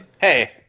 Hey